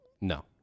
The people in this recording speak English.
No